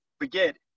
forget